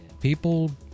people